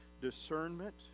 discernment